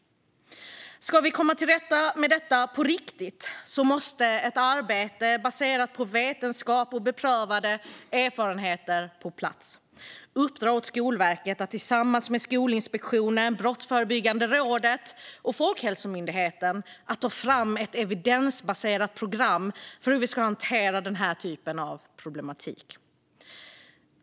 Ska vi komma till rätta med detta på riktigt måste ett arbete baserat på vetenskap och beprövad erfarenhet komma på plats. Uppdra åt Skolverket att tillsammans med Skolinspektionen, Brottsförebyggande rådet och Folkhälsomyndigheten ta fram ett evidensbaserat program för hur vi ska hantera den här typen av problematik!